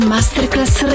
Masterclass